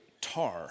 tar